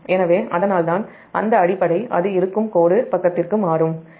எனவே அதனால்தான் அந்த அடிப்படை அது இருக்கும் கோடு பக்கத்திற்கு 1112110